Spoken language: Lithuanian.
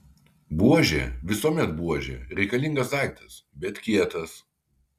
buožė visuomet buožė reikalingas daiktas bet kietas